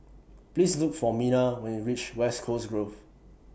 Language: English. Please Look For Minna when YOU REACH West Coast Grove